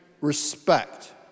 respect